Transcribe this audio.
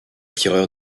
tireurs